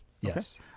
Yes